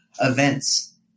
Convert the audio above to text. events